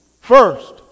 First